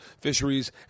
fisheries